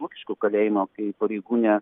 lukiškių kalėjimo kai pareigūnė